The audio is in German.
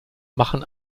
machen